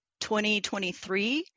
2023